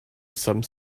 some